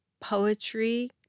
poetry